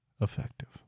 effective